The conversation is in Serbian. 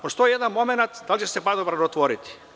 Postoji jedan momenat da li će se padobran otvoriti.